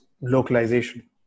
localization